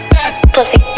Pussy